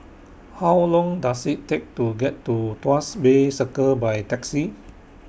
How Long Does IT Take to get to Tuas Bay Circle By Taxi